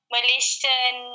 Malaysian